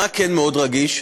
מה כן מאוד רגיש?